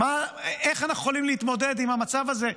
איך אנחנו יכולים להתמודד עם המצב הזה?